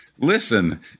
Listen